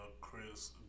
Chris